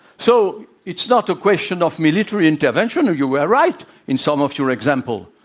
so, it's not a question of military intervention. you were right in some of your examples.